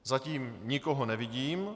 Zatím nikoho nevidím.